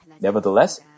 Nevertheless